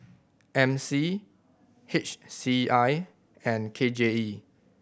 M C H C I and K J E